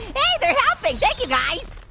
hey, they're helping! thank you guys.